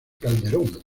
calderón